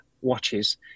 watches